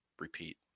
repeat